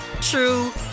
true